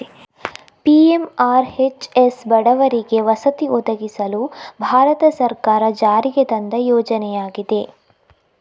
PMRHS ಬಡವರಿಗೆ ವಸತಿ ಒದಗಿಸಲು ಭಾರತ ಸರ್ಕಾರ ಜಾರಿಗೆ ತಂದ ಯೋಜನೆಯಾಗಿದೆ